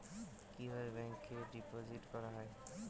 কিভাবে ব্যাংকে ডিপোজিট করা হয়?